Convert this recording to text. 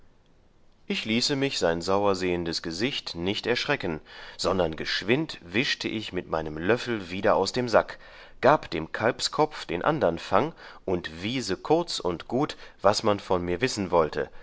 ich ließe mich sein sauersehendes gesicht nicht erschrecken sondern geschwind wischte ich mit meinem löffel wieder aus dem sack gab dem kalbskopf den andern fang und wiese kurz und gut was man von mir wissen wollte